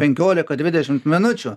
penkiolika dvidešimt minučių